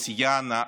יאנה,